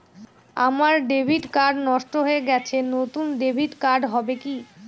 আমার debit card নষ্ট হয়ে গেছে নূতন ডেবিট কার্ড হবে কি?